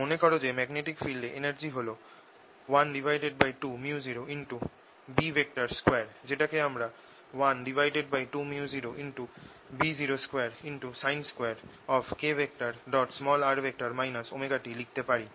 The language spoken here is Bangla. মনে কর যে ম্যাগনেটিক ফিল্ডে এনার্জি হল 12µ0B2 যেটাকে আমরা 12µ0B02sin2kr ωt লিখতে পারি